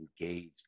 engaged